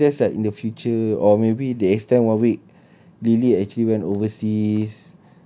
no lah maybe that's like in the future or maybe they extend one week lily actually went overseas